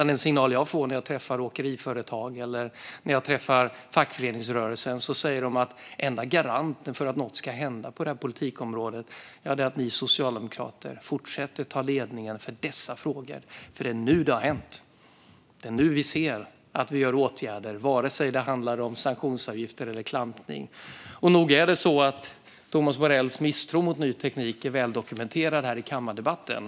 Den signal jag får när jag träffar åkeriföretag eller fackföreningsrörelsen är att den enda garant för att någonting ska hända på det här politikområdet är att vi socialdemokrater fortsätter ta ledningen för dessa frågor, för det är nu det har hänt. Det är nu man ser att vi vidtar åtgärder oavsett om det handlar om sanktionsavgifter eller klampning. Nog är det så att Thomas Morells misstro mot ny teknik är väldokumenterad här i kammardebatten.